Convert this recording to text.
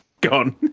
gone